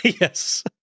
Yes